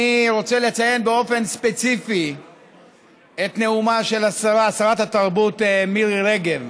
אני רוצה לציין באופן ספציפי את נאומה של שרת התרבות מירי רגב,